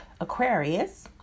Aquarius